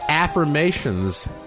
Affirmations